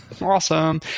Awesome